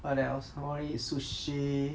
what else I wanna eat sushi